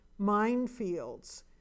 minefields